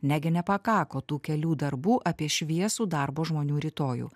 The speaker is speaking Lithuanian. negi nepakako tų kelių darbų apie šviesų darbo žmonių rytojų